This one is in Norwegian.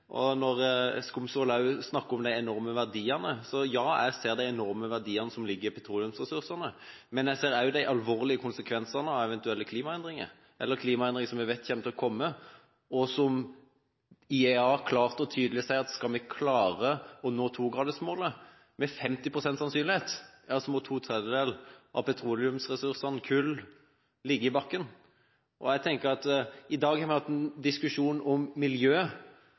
selvfølge. Når Skumsvoll snakker om de enorme verdiene, ser jeg de enorme verdiene som ligger i petroleumsressursene, men jeg ser også de alvorlige konsekvensene av eventuelle klimaendringer, eller klimaendringer som vi vet vil komme. IEA sier klart og tydelig at skal vi klare å nå togradersmålet med 50 pst. sannsynlighet, må to tredjedeler av petroleumsressursene – kull – ligge i bakken. I dag har vi hatt en diskusjon om miljø,